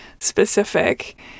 specific